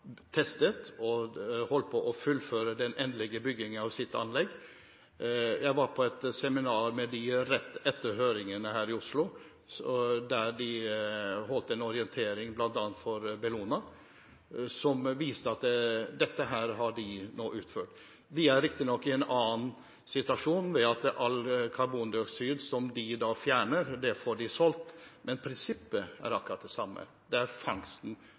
testet og holdt på å fullføre den endelige byggingen av sitt anlegg. Jeg var på et seminar med dem rett etter høringen her i Oslo, der de holdt en orientering for bl.a. Bellona, som viste at dette har de nå utført. De er riktignok i en annen situasjon, ved at all karbondioksid som de fjerner, får de solgt. Men prinsippet er akkurat det samme. Det er fangsten